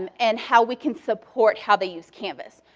um and how we can support how they use canvas.